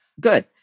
good